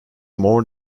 more